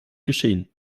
geschehen